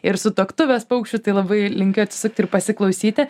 ir sutuoktuves paukščių tai labai linkiu atsisukt ir pasiklausyti